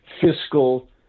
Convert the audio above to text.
Fiscal